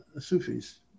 Sufis